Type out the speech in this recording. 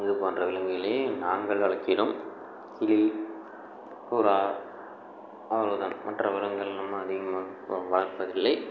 இதுப்போன்ற விலங்குகளை நாங்கள் வளர்க்கிறோம் கிளி புறா அவ்வளோதான் மற்ற விலங்குகளெல்லாம் அதிகமாக வ வளர்ப்பதில்லை